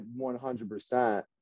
100%